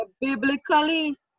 Biblically